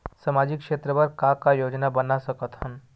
सामाजिक क्षेत्र बर का का योजना बना सकत हन?